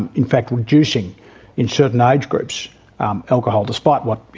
and in fact, reducing in certain age groups alcohol, despite what, you